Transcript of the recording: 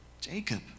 Jacob